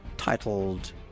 titled